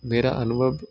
ਮੇਰਾ ਅਨੁਭਵ